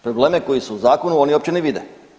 Problem je koji se u Zakonu oni uopće ne vide.